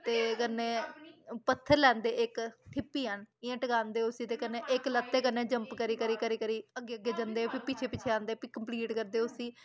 ते कन्नै पत्थर लैंदे इक ठिप्पी जन इ'यां टकांदे उसी ते कन्नै इक लत्तै कन्नै जम्प करी करी करी अग्गें अग्गें जंदे फ्ही पिच्छें पिच्छें आंदे फ्ही कम्पलीट करदे उसी